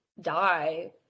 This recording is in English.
die